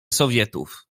sowietów